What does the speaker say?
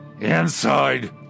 Inside